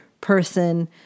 person